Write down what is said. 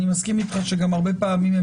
אני מסכים איתך שגם הרבה פעמים הם